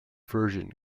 version